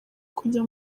kujya